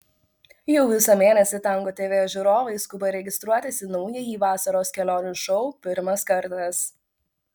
jau visą mėnesį tango tv žiūrovai skuba registruotis į naująjį vasaros kelionių šou pirmas kartas